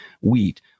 wheat